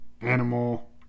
Animal